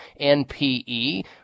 NPE